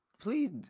please